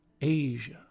Asia